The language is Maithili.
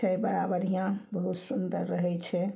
छै बड़ा बढ़िऑं बहुत सुन्दर रहै छै